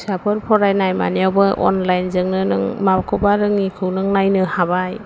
फिसाफोर फरायनाय मानायावबो अनलाइनजोंनो नों माखौबा रोङैखौ नों नायनो हाबाय